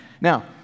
Now